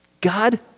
God